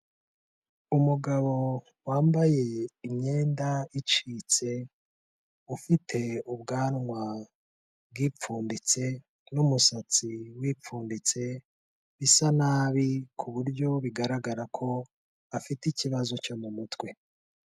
Umugabo wambaye imyenda icitse, ufite ubwanwa bwipfunditse n'umusatsi wipfunditse, bisa nabi ku buryo bigaragara ko afite ikibazo cyo mu mutwe.